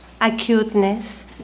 acuteness